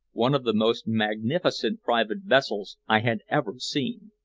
one of the most magnificent private vessels i had ever seen.